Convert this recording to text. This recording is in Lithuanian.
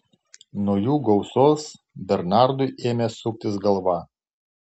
nuo jų gausos bernardui ėmė suktis galva